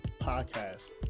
Podcast